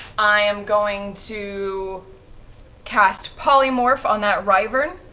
i am going to cast polymorph on that wyvern,